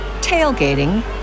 tailgating